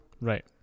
Right